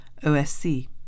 OSC